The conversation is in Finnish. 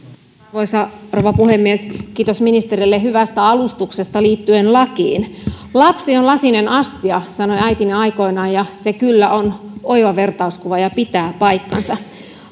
arvoisa rouva puhemies kiitos ministerille hyvästä alustuksesta liittyen lakiin lapsi on lasinen astia sanoi äitini aikoinaan ja se on kyllä oiva vertauskuva ja pitää paikkansa